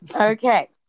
Okay